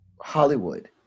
hollywood